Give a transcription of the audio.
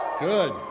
Good